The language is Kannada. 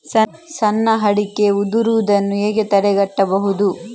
ಸಣ್ಣ ಅಡಿಕೆ ಉದುರುದನ್ನು ಹೇಗೆ ತಡೆಗಟ್ಟಬಹುದು?